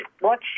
watch